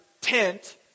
tent